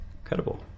Incredible